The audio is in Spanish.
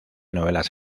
novelas